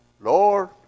Lord